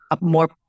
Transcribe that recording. more